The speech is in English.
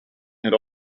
and